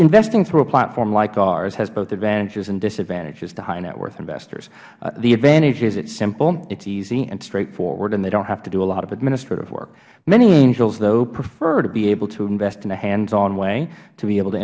investing through a platform like ours has both advantages and disadvantages to high net worth investors the advantage is it is simple it is easy and straightforward and they don't have to do a lot of administrative work many angels prefer to be able to invest in a handson way to be able to